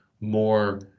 more